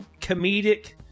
comedic